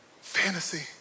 Fantasy